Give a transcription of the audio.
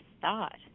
thought